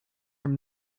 from